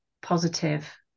positive